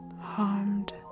harmed